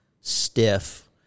stiff